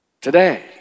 Today